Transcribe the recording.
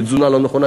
מתזונה לא נכונה,